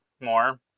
more